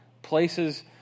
Places